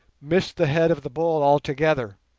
missed the head of the bull altogether,